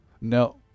No